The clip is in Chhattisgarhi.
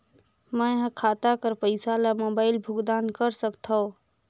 मैं ह खाता कर पईसा ला मोबाइल भुगतान कर सकथव?